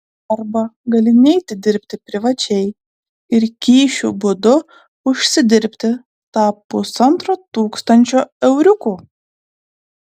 arba gali neiti dirbti privačiai ir kyšių būdu užsidirbti tą pusantro tūkstančio euriukų